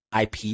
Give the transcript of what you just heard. IP